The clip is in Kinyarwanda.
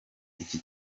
iki